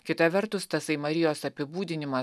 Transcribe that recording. kita vertus tasai marijos apibūdinimas